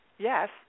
Yes